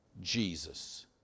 Jesus